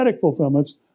fulfillments